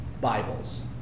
Bibles